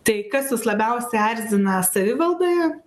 tai kas jus labiausiai erzina savivaldoje